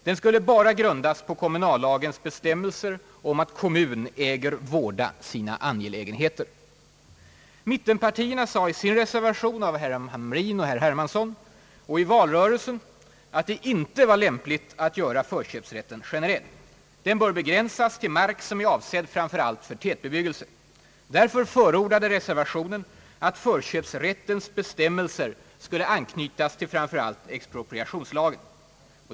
Den skulle bara grundas på kommunallagens bestämmelse om att kommun »äger vårda sina angelägenheter». Mittenpartierna sade i sin reservation och i valrörelsen att det inte var lämpligt att göra förköpsrätten generell. Den bör begränsas till mark som är avsedd framför allt för tätbebyggelse. Därför förordade reservationen att förköpsrättens bestämmelser skulle anknytas till framför allt expropriationslagen.